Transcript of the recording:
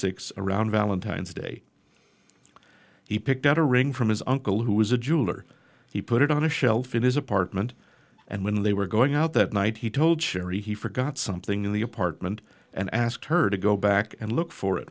six around valentine's day he picked out a ring from his uncle who was a jeweler he put it on a shelf in his apartment and when they were going out that night he told sherry he forgot something in the apartment and asked her to go back and look for it